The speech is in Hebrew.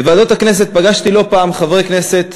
בוועדות הכנסת פגשתי לא פעם חברי כנסת